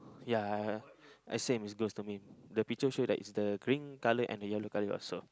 ya I same is goes to me the picture show that is the green colour and the yellow colour also